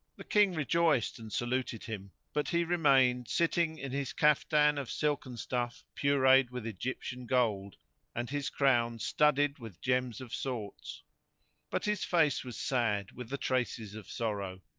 the king rejoiced and saluted him, but he remained sitting in his caftan of silken stuff pureed with egyptian gold and his crown studded with gems of sorts but his face was sad with the traces of sorrow.